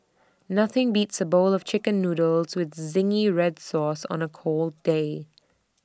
nothing beats A bowl of Chicken Noodles with Zingy Red Sauce on A cold day